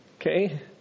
Okay